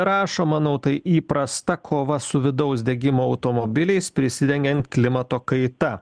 rašo manau tai įprasta kova su vidaus degimo automobiliais prisidengiant klimato kaita